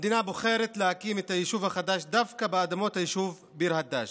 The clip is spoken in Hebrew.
המדינה בוחרת להקים את היישוב החדש דווקא באדמות היישוב ביר הדאג',